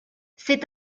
c’est